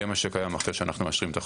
יהיה מה שקיים אחרי שאנחנו מאשרים את החוק.